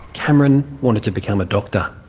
cameron wanted to become a doctor.